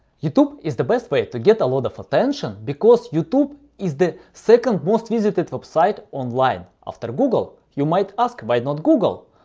youtube is the best way to get a load of attention because youtube is the second most visited website online after google. you might ask why not google?